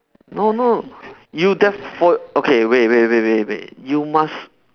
no no you def~ for okay wait wait wait wait wait you must